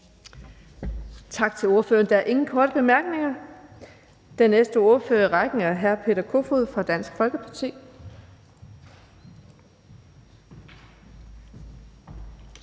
Tak til ordføreren. Der er ingen korte bemærkninger. Den næste ordfører i rækken er hr. Peter Kofod fra Dansk Folkeparti.